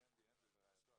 הרב מנדי הנדל ורעייתו,